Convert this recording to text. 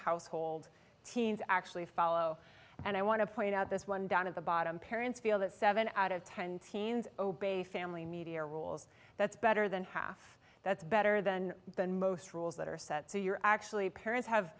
household teens actually follow and i want to point out this one down at the bottom parents feel that seven out of ten teens obey family media rules that's better than half that's better than than most rules that are set so you're actually parents have